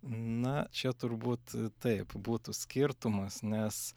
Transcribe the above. na čia turbūt taip būtų skirtumas nes